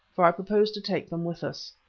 for i proposed to take them with us.